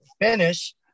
finish